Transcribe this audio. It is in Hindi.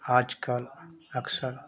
आजकल अक्सर